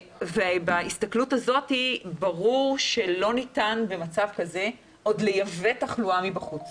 בהסתכלות הזאת ברור שלא ניתן במצב כזה עוד לייבא תחלואה מבחוץ.